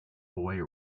away